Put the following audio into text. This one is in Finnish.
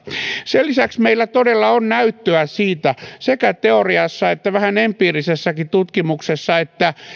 sen lisäksi meillä todella on näyttöä siitä sekä teoriassa että vähän empiirisessäkin tutkimuksessa että